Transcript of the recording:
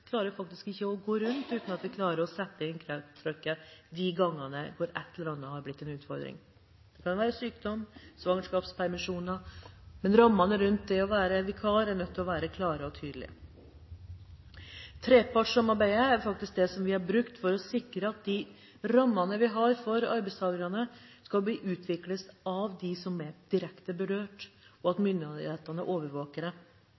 faktisk ikke å gå rundt uten at vi klarer å sette inn trykket de gangene et eller annet har blitt en utfordring, det kan f.eks. være sykdom og svangerskapspermisjoner. Men rammene rundt det å være vikar er nødt til å være klare og tydelige. Vi har brukt trepartssamarbeidet for å sikre at de rammene vi har for arbeidstakerne, skal utvikles av dem som er direkte berørt, og at